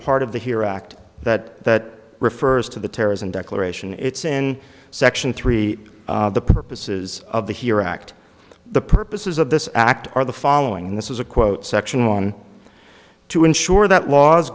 part of the here act that refers to the terrorism declaration it's in section three the purposes of the here act the purposes of this act are the following and this is a quote section one to ensure that laws